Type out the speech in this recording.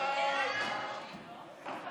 סעיפים 1 14 נתקבלו.